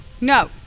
No